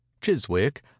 Chiswick